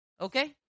Okay